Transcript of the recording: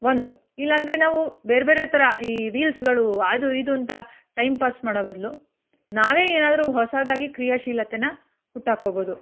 ಒಂದು ಇಲ್ಲ ಅಂದ್ರೆ ನಾವು ಬೇರೆಬೇರೆ ಥರ ಈ ರೀಲ್ಸ್ಗಳು ಅದು ಇದು ಅಂತ ಟೈಮ್ ಪಾಸ್ ಮಾಡೋ ಬದಲು ನಾವೇ ಏನಾದರೂ ಹೊಸದಾಗಿ ಕ್ರಿಯಾಶೀಲತೆನ ಹುಟ್ಟಾಕ್ಕೊಳ್ಬೋದು